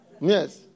Yes